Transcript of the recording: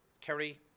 Kerry